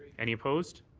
any opposed?